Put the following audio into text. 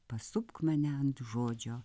pasupk mane ant žodžio